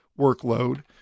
workload